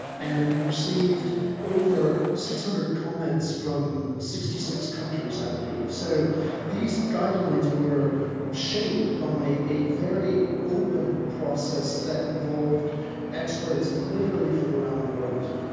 and we received over six hundred comments from sixty six countries i believe. so these guidelines were shaped by a very open process that involved experts literally from around the world.